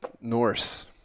Norse